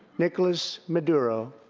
nicolas maduro.